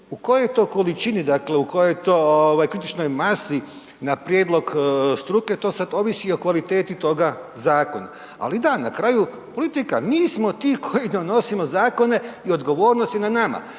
u kojoj to količini dakle, u kojoj to ovaj kritičnoj masi na prijedlog struke to sad ovisi o kvaliteti toga zakona. Ali da, na kraju politika, mi smo ti koji donosimo zakone i odgovornost je na nama.